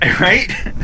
Right